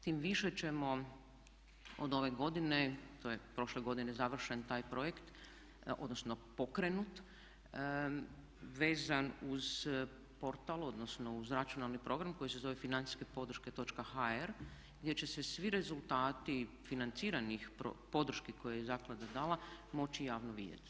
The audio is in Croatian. Tim više ćemo od ove godine to je prošle godine završen taj projekt, odnosno pokrenut, vezan uz portal, odnosno uz računalni program koji se zove financijske podrške.hr gdje će se svi rezultati financiranih podrški koje je zaklada dala moći javno vidjeti.